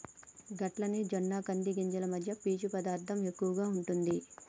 గట్లనే జొన్న కంది గింజలు మధ్య పీచు పదార్థం ఎక్కువగా ఉంటుంది